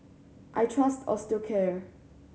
I trust Osteocare